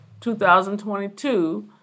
2022